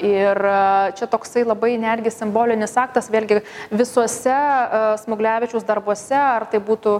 ir čia toksai labai netgi simbolinis aktas vėlgi visuose smuglevičiaus darbuose ar tai būtų